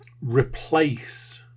replace